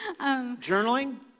Journaling